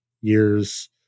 years